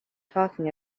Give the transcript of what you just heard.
talking